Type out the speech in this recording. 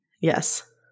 Yes